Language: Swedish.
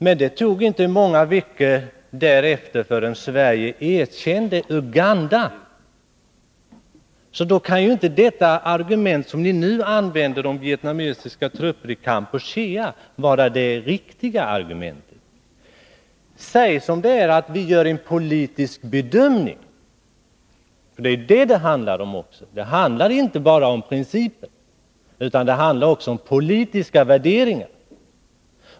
Men det dröjde inte många veckor därefter förrän Sverige erkände Uganda. Då kan ju inte det argument som ni nu använder, om vietnamesiska trupper i Kampuchea, vara det riktiga argumentet. Säg som det är: Vi gör en politisk bedömning. Det handlar inte bara om principer utan också om politiska värderingar.